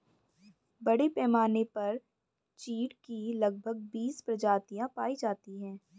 बड़े पैमाने पर चीढ की लगभग बीस प्रजातियां पाई जाती है